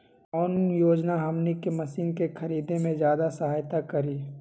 कौन योजना हमनी के मशीन के खरीद में ज्यादा सहायता करी?